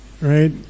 Right